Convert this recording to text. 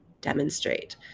demonstrate